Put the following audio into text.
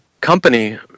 company